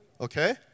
okay